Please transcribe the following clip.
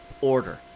order